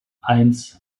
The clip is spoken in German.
eins